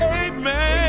amen